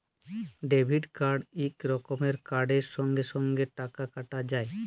debit card ইক রকমের card সঙ্গে সঙ্গে টাকা কাটা যায়